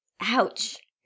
Ouch